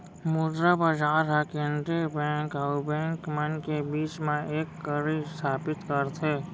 मुद्रा बजार ह केंद्रीय बेंक अउ बेंक मन के बीच म एक कड़ी इस्थापित करथे